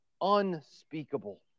unspeakable